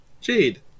Jade